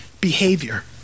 behavior